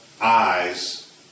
eyes